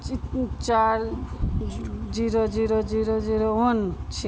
चार zero zero zero zero one छी